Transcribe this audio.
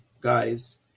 guys